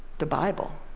the bible,